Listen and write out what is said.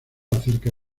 acerca